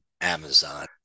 Amazon